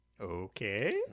okay